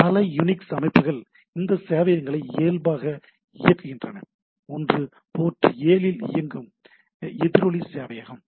பல யூனிக்ஸ் அமைப்புகள் இந்த சேவையகங்களை இயல்பாக இயங்குகின்றன ஒன்று போர்ட் 7 இல் இயங்கும் எதிரொலி சேவையகம்